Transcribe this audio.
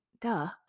duh